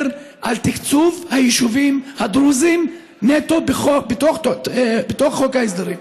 על תקצוב היישובים הדרוזיים נטו בתוך חוק ההסדרים.